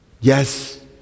Yes